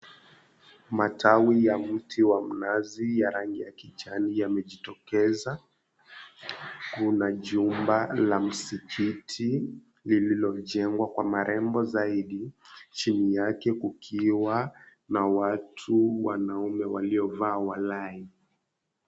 Matawi ya mti wa mnazi ya rangi ya kijani yamejitokeza, kuna jumba la msikiti lililojengwa kwa marembo zaidi. Chini yake kukiwa na watu wanaume waliovaa walahi.